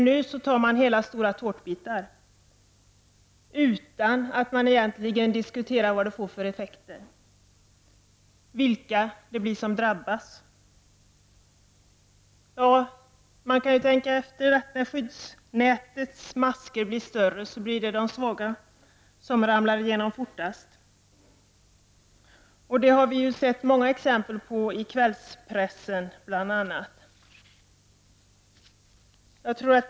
Nu tar man hela tårtbitar, utan att diskutera vilka effekterna blir och vilka som drabbas. När skyddsnätets maskor blir större, är det de svaga som ramlar igenom fortast. Det har vi sett många exempel på, bl.a. i kvällspressen.